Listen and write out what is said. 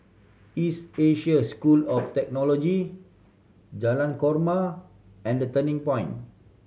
East Asia's School of Theology Jalan Korma and The Turning Point